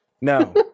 no